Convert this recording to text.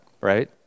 right